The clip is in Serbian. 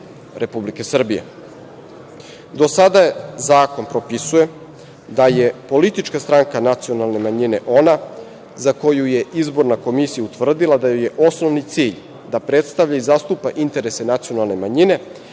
Republike Srbije. Do sada zakon propisuje da je politička stranka nacionalne manjine ona za koju je izborna komisija utvrdila da joj je osnovni cilj da predstavlja i zastupa interese nacionalne manjine